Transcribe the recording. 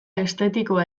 estetikoa